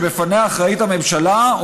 שבפניה אחראית הממשלה,